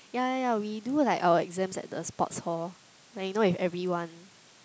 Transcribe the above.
ya ya ya we do like our exams at the sports hall where you know with everyone